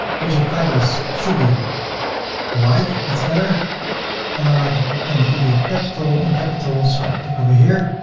budget titles should be white that's better and i like them to be capital, in capital, so i click over here